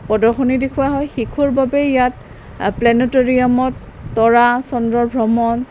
প্ৰদৰ্শনী দেখুওৱা হয় শিশুৰ বাবে ইয়াত প্লেনেটৰিয়ামত তৰা চন্দ্ৰৰ ভ্ৰমণ